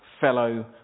fellow